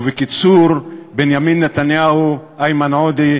ובקיצור, בנימין נתניהו, איימן עודה,